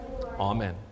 Amen